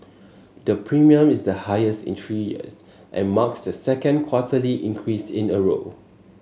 the premium is the highest in three years and marks the second quarterly increase in a row